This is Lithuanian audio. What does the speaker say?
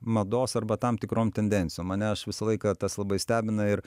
mados arba tam tikrom tendencijom mane aš visą laiką tas labai stebina ir